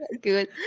good